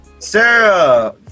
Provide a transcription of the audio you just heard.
Sarah